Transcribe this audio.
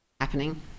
happening